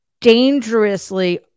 dangerously